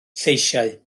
lleisiau